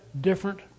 different